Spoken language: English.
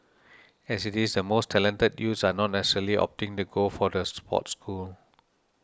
as it is the most talented youth are not necessarily opting to go the sports school